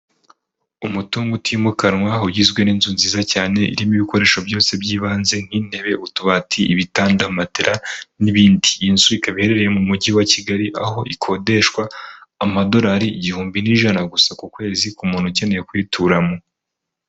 Umutungo utimukanwa ugizwe n'inzu nziza cyane, irimo ibikoresho byose by'ibanze nk'intebe, utubati, ibitanda, matera n'ibindi, iyi inzu ikaba iherereye mu mujyi wa Kigali aho ikodeshwa amadolari igihumbi n'ijana gusa ku kwezi, ku muntu ukeneye kuyituramo.